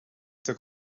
their